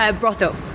Brothel